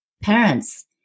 parents